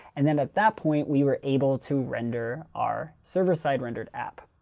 and then at that point we were able to render our server-side rendered app.